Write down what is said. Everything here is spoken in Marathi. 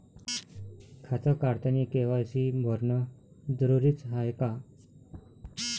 खातं काढतानी के.वाय.सी भरनं जरुरीच हाय का?